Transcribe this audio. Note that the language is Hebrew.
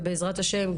ובעזרת השם,